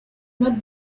mode